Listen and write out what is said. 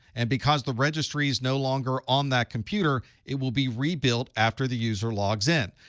and because the registry is no longer on that computer, it will be rebuilt after the user logs in.